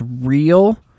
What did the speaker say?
real